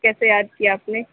کیسے یاد کیا آپ نے